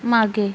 मागे